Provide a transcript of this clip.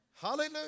Hallelujah